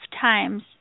times